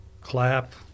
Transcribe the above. Clap